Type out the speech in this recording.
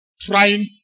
trying